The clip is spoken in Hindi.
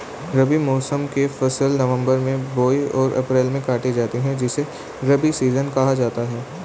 रबी मौसम की फसल नवंबर में बोई और अप्रैल में काटी जाती है जिसे रबी सीजन कहा जाता है